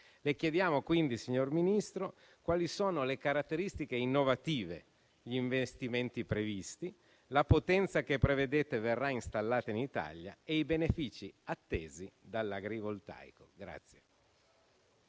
Le chiediamo quindi, signor Ministro, quali sono le caratteristiche innovative, gli investimenti previsti, la potenza che prevedete verrà installata in Italia e i benefici attesi dall'agrivoltaico.